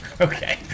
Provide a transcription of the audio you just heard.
Okay